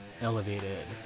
elevated